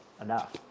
enough